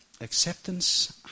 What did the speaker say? acceptance